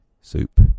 soup